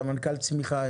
סמנכ"ל צמיחה,